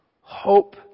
Hope